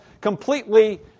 completely